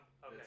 Okay